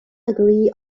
agree